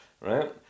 right